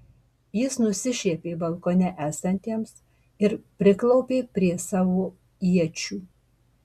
jis nusišiepė balkone esantiems ir priklaupė prie savo iečių